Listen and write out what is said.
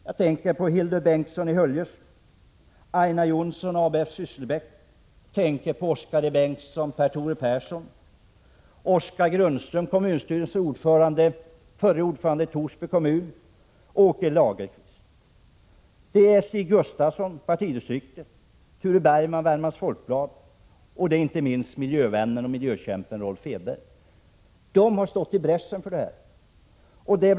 Jag tänker på Hildur Bengtsson i Höljes, Aina Johnsson, ABF Sysslebäck, Oskar E Bengtsson och Per Tore Persson. Jag tänker också på kommunstyrelsens förre ordförande i Torsby, Oskar Grundström, och nuvarande kommunstyrelsens ordförande, Åke Lagerkvist. Andra namn som bör nämnas är Stig Gustafsson, partidistriktet, Ture Bergman, Värmlands Folkblad och inte minst miljökämpen Rolf Edberg. De har alla stått i bräschen för detta.